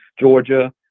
Georgia